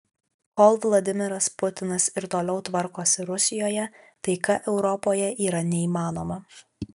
kol vladimiras putinas ir toliau tvarkosi rusijoje taika europoje yra neįmanoma